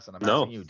No